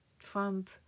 Trump